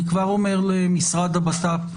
אני כבר אומר למשרד לביטחון פנים,